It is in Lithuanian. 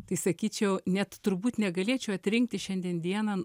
tai sakyčiau net turbūt negalėčiau atrinkti šiandien dieną